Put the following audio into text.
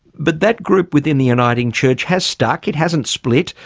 but that group within the uniting church has stuck. it hasn't split.